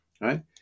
right